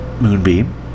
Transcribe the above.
Moonbeam